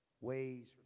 Ways